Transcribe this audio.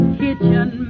kitchen